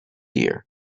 year